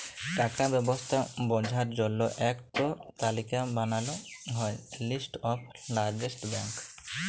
টাকার ব্যবস্থা বঝার জল্য ইক টো তালিকা বানাল হ্যয় লিস্ট অফ লার্জেস্ট ব্যাঙ্ক